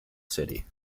city